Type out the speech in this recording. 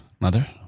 mother